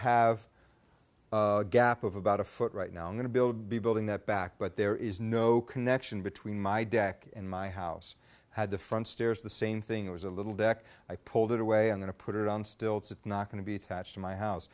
have a gap of about a foot right now i'm going to build be building that back but there is no connection between my deck in my house had the front stairs the same thing it was a little deck i pulled it away i'm going to put it on stilts it's not going to be attached to my house